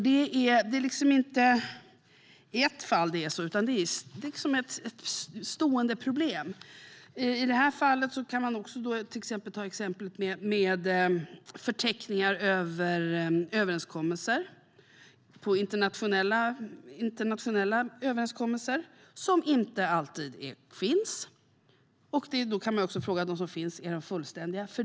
Det är liksom inte i ett fall det är så, utan det är ett stående problem. I det här fallet kan man ta exemplet med förteckningar över internationella överenskommelser, som inte alltid finns. Då kan man ju också fråga sig om de förteckningar som finns är fullständiga.